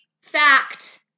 fact